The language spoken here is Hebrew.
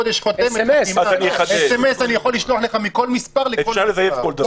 מסרון אפשר לשלוח מכל מספר לכל מספר.